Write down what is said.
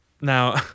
Now